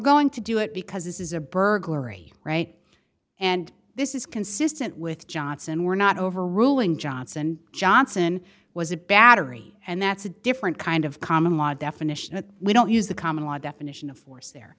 going to do it because this is a burglary right and this is consistent with johnson we're not overruling johnson johnson was a battery and that's a different kind of common law definition that we don't use the common law definition of force there